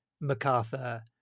macarthur